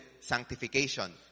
sanctification